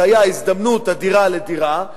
שהיה "הזדמנות אדירה לדירה",